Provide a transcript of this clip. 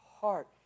heart